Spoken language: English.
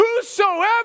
whosoever